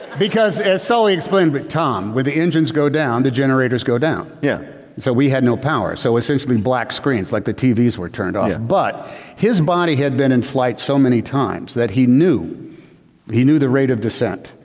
because as sully explained, but tom when the engines go down the generators go down. yeah so we had no power. so essentially black screens like the tvs were turned off. but his body had been in flight so many times that he knew he knew the rate of descent.